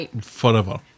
forever